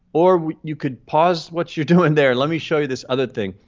or you could pause what you're doing there. let me show you this other thing.